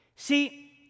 See